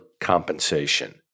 compensation